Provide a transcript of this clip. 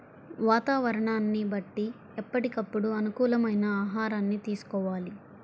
వాతావరణాన్ని బట్టి ఎప్పటికప్పుడు అనుకూలమైన ఆహారాన్ని తీసుకోవాలి